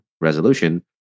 resolution